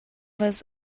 las